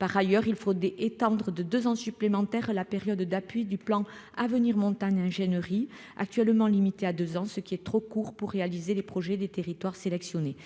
par ailleurs il fraudé et tendre de 2 ans supplémentaires, la période d'appui du plan à venir montagne January actuellement limitée à 2 ans, ce qui est trop court pour réaliser les projets des territoires sélectionnés,